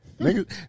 Niggas